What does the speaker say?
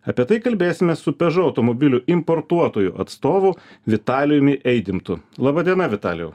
apie tai kalbėsimės su pežo automobilių importuotojų atstovu vitalijumi eidimtu laba diena vitalijau